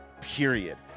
period